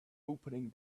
opening